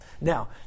Now